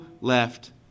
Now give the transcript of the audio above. left